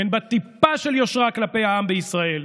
אין בה טיפה של יושרה כלפי העם בישראל.